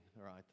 right